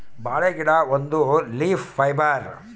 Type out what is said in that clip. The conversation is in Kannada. ಬಾಳೆ ಗಿಡ ಒಂದು ಲೀಫ್ ಫೈಬರ್